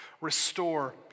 restore